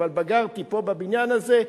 אבל בגרתי פה בבניין הזה.